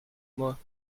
moi